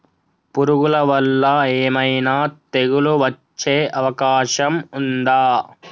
పురుగుల వల్ల ఏమైనా తెగులు వచ్చే అవకాశం ఉందా?